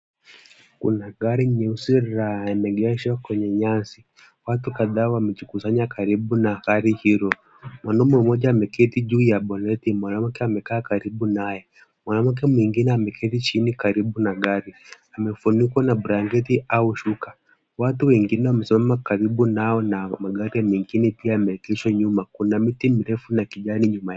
Kuna gari nyeusi limeegeshwa kwenye nyasi. Watu kadhaa wamejikusanya karibu na gari hilo. Mwanaune mmoja ameketi juu ya boneti, mwanamke amekaa karibu naye. Mwanamke mwingine ameketi chini karibu na gari. Amefunikwa na blanketi au shuka. Watu wengine wamesimama karibu nao na magari mengine pia yameegeshwa nyuma. Kuna miti mirefu na kijani nyuma yao.